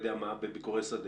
בביכורי שדה?